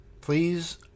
Please